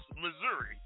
Missouri